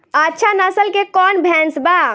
अच्छा नस्ल के कौन भैंस बा?